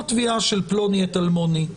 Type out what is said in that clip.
לא תביעה של פלוני את אלמוני,